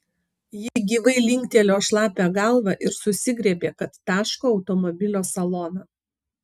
ji gyvai linktelėjo šlapią galvą ir susigriebė kad taško automobilio saloną